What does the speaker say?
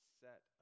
set